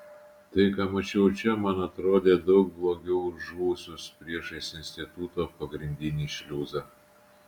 tai ką mačiau čia man atrodė daug blogiau už žuvusius priešais instituto pagrindinį šliuzą